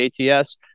ATS